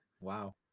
Wow